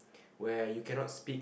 where you cannot speak